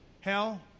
Hell